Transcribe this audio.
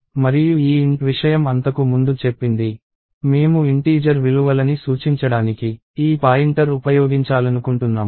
మరియు ఈ Int విషయం అంతకు ముందు చెప్పింది మేము ఇంటీజర్ విలువలని సూచించడానికి ఈ పాయింటర్ ఉపయోగించాలనుకుంటున్నాము